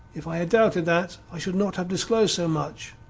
if i had doubted that i should not have disclosed so much.